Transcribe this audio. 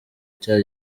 cya